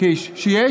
שיש